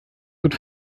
tut